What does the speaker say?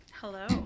hello